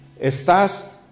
estás